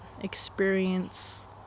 experience